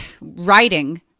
writing